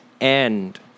end